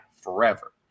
forever